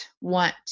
want